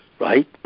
Right